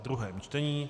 druhé čtení